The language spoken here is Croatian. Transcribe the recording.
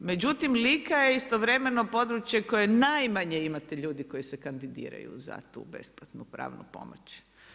Međutim, Lika je istovremeno područje koje najmanje imate ljudi koji se kandidiraju za tu besplatnu pravnu pomoć.